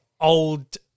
old –